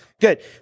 good